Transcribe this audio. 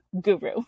guru